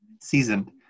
seasoned